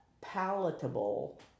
palatable